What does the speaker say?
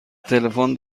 تلفن